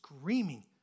screaming